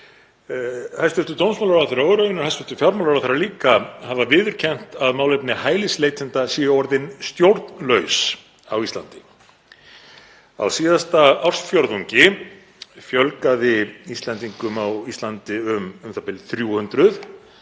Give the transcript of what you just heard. Hæstv. dómsmálaráðherra og raunar líka hæstv. fjármálaráðherra hafa viðurkennt að málefni hælisleitenda séu orðin stjórnlaus á Íslandi. Á síðasta ársfjórðungi fjölgaði Íslendingum á Íslandi um u.þ.b. 300